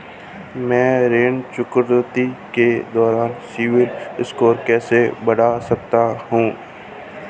मैं ऋण चुकौती के दौरान सिबिल स्कोर कैसे बढ़ा सकता हूं?